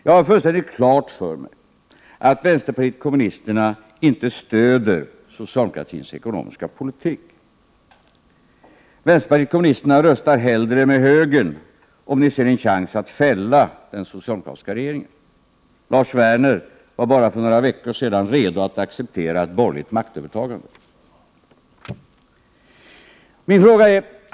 Jag har fullständigt klart för mig att vänsterpartiet kommunisterna inte stöder socialdemokratins ekonomiska politik. Vänsterpartiet kommunisterna röstar hellre med högern, om ni ser en chans att fälla den socialdemokratiska regeringen. Lars Werner var för bara några veckor sedan redo att acceptera ett borgerligt maktövertagande.